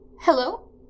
hello